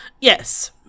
Yes